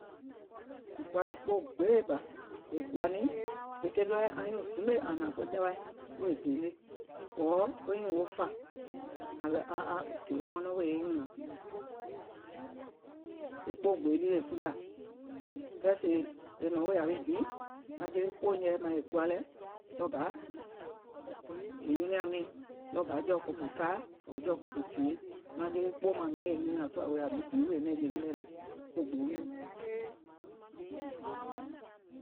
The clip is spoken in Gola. Mìŋ kuwa e kpòo gbee bà, mìŋ kùwȧ niìŋ sèè ke ɗɔɔɛ̀ anyuùŋ zimgbe aŋ hnàŋ ko jawaì wèè dèène, ɔ̀ɔ̀ wo nyùùŋ wo fà, a a a sèè è mɔnɔŋ wèè e nyùnàŋ, e kpoò gbee lii è fulià, kɛɛ sèè è nɔ̀ŋ wèè yàwi bi, maŋ kpoò nyɛɛ̀ɛ̀ maŋ è kuwa lɛ̀, ɗɔɔ bȧ, è nyuniàŋ miìŋ, ɗɔɔ bȧ jɔ̀ɔ̀ kɔ̀pù taaì ɔ̀ɔ̀ jɔ̀ɔ̀ kɔ̀pù tìyèe, maŋ je wi kpoò maŋ miiŋ è nyunìàŋ sùà wèè yȧwi bi wèè nɛ̀ŋjè wilɛ̀ lɛ ko gboo wio